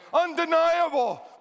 undeniable